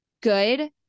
good